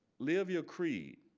live your creed.